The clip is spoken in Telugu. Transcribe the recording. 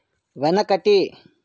వెనకటి